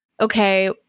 okay